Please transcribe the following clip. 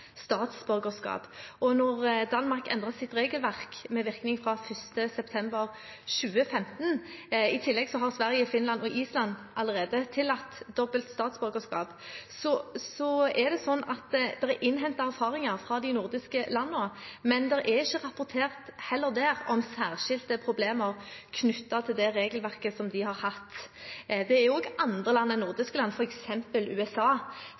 statsborgerskap. Danmark endret sitt regelverk med virkning fra 1. september 2015. I tillegg har Sverige, Finland og Island allerede tillatt dobbelt statsborgerskap. Det er innhentet erfaringer fra de nordiske landene, men det er heller ikke der rapportert om særskilte problemer knyttet til det regelverket de har. Det er også andre land enn nordiske land, f.eks. USA,